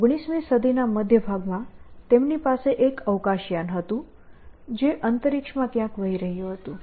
19મી સદી ના મધ્યભાગમાં તેમની પાસે એક અવકાશયાન હતું જે અંતરિક્ષમાં ક્યાંક વહી રહ્યું હતું